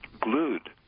glued